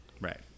Right